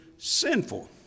sinful